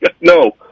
No